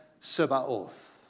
Sebaoth